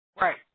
Right